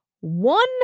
One